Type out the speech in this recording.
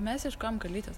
mes ieškojom kalytės